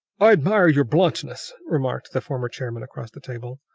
i admire your bluntness, remarked the former chairman across the table,